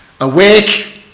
Awake